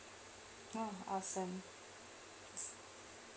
oh awesome